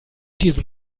diesem